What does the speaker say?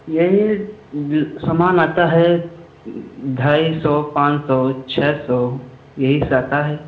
यही जो सामान आता है ढाई सौ पाँच सौ छः सौ यही से आता है